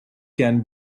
can